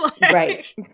Right